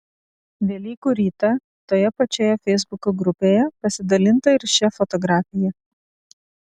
velykų rytą toje pačioje feisbuko grupėje pasidalinta ir šia fotografija